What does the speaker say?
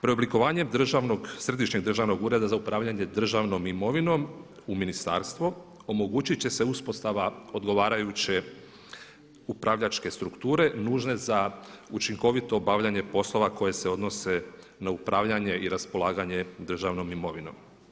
Preoblikovanjem državnog Središnjeg državnog ureda za upravljanje državnom imovinom u ministarstvo omogućit će se uspostava odgovarajuće upravljačke strukture nužne za učinkovito obavljanje poslova koje se odnose na upravljanje i raspolaganje državnom imovinom.